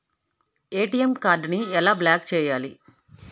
ATM కార్డుని ఎలా block చేయాలి?